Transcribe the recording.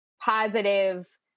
positive